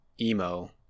emo